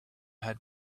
had